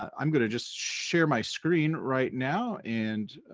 um i'm gonna just share my screen right now, and